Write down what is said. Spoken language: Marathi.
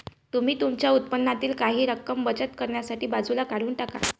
तुम्ही तुमच्या उत्पन्नातील काही रक्कम बचत करण्यासाठी बाजूला काढून टाका